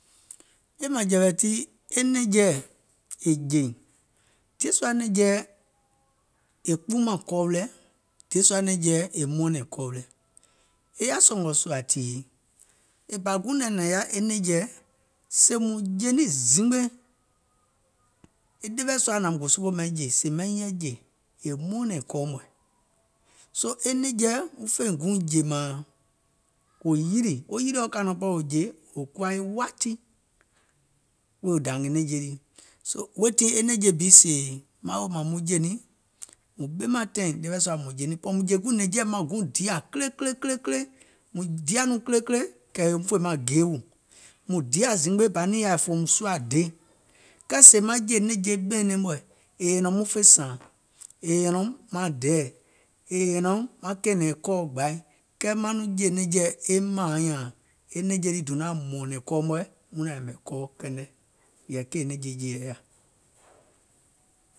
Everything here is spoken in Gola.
Ɓìèmaŋjɛ̀wɛ̀ tii e nɛ̀ŋjeɛ̀ è jèìŋ diè sua è kpuumȧŋ kɔɔ wilɛ̀, diè sua e nɛ̀ŋjeɛ̀ è mɔɔnɛ̀ŋ kɔɔ wilɛ̀, è yaà sɔ̀ngɔ̀ sùȧ tìyèi, e bȧ guùŋ nɛ nȧŋ yaȧ e nɛ̀ŋjiɛ̀ sèè mùŋ jè niìŋ zimgbe e ɗeweɛ̀ sùȧ nȧŋ muŋ gò sopòò maiŋ yɛi jè, è mɔɔnɛ̀ŋ kɔɔ mɔ̀ɛ̀, soo e nɛ̀ŋjeɛ̀ muŋ fèiŋ guùŋ jè mȧȧŋ wò yilì, wo yilìɔ kanɔ̀ɔŋ kpɔ wò jè, wò kuwa wati wèè wo dȧngè nɛ̀ŋje lii, weètii e nɛ̀ŋje bi sèè maŋ woò mȧȧŋ muŋ jè niŋ, mùŋ ɓemȧŋ taìŋ ɗeweɛ̀ sua mùŋ jè niìŋ, ɓɔ̀ mùŋ jè guùŋ nɛ̀ŋjeɛ̀ maŋ guùŋ diȧ kile kile kile kile, mùŋ diȧ nɔŋ kile kile, èim fè maŋ geewù, mùŋ diȧ zimgbe bȧ niŋ yaȧo è fòùm suȧde. Kɛɛ sèè maŋ jè nɛ̀ŋje ɓɛ̀ɛ̀nɛŋ mɔ̀ɛ̀ è nyɛ̀nɛ̀ùm muŋ fè sààŋ, è nyɛ̀nɛ̀ùm maŋ dɛɛ̀, è nyɛ̀nɛ̀ùm maŋ kɛ̀ɛ̀nɛ̀ŋ kɔɔ gbȧi, kɛɛ maŋ nɔŋ jè nɛ̀ŋjeɛ̀ e mȧȧnyȧȧŋ, e nɛ̀ŋje lii donȧŋ mɔ̀ɔ̀nɛ̀ŋ kɔɔ mɔ̀ɛ̀ muŋ naȧŋ yɛ̀mɛ̀ kɔɔ kɛnɛ, yɛ̀ì kèè nɛ̀ŋje jèeɛ̀ yaȧ.